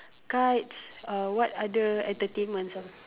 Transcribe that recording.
kites uh what other entertainments ah